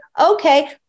Okay